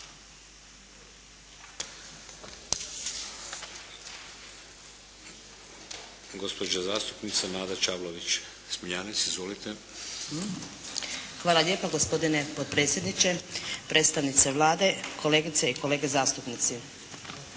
Izvolite. **Čavlović Smiljanec, Nada (SDP)** Hvala lijepo. Gospodine potpredsjedniče, predstavnici Vlade, kolegice i kolege zastupnici.